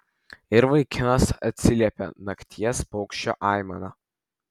ir vaikinas atsiliepė nakties paukščio aimana